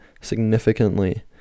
significantly